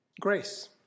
grace